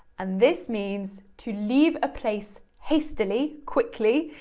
and this means to leave a place hastily, quickly,